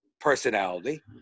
personality